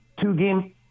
two-game